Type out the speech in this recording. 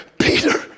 Peter